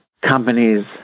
companies